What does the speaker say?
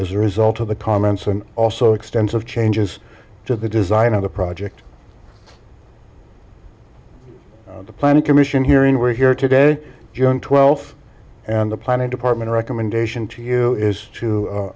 as a result of the comments and also extends of changes to the design of the project the planning commission hearing were here today june twelfth and the planning department recommendation to you is to